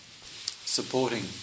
supporting